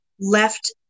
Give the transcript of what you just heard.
left